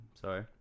Sorry